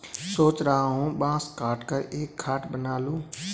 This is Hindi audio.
सोच रहा हूं बांस काटकर एक खाट बना लूं